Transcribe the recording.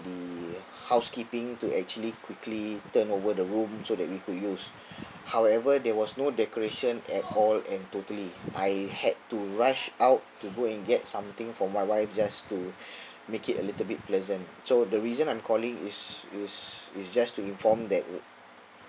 the housekeeping to actually quickly turn over the room so that we could use however there was no decoration at all and totally I had to rush out to go and get something for my wife just to make it a little bit pleasant so the reason I'm calling is is is just to inform that